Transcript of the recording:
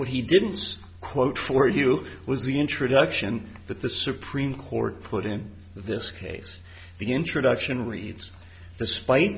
what he didn't quote for you was the introduction that the supreme court put in this case the introduction leads the spite